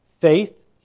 Faith